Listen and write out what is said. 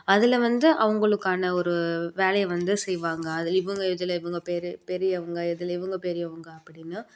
அதில் வந்து அவங்களுக்கான ஒரு வேலையை வந்து செய்வாங்க அதில் இவங்க இதில் இவங்க பெரியவங்க இதில் இவங்க பெரியவங்க அப்படின்னு